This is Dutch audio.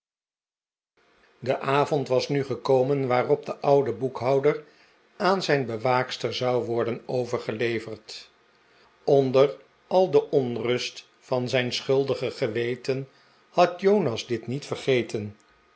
de avond was nu gekomen waarop de oude boekhouder aan zijn bewaaksters zou worden overgeleverd onder al de onrust van zijn schuldige geweten had jonas dit niet vergeten